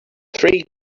three